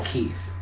Keith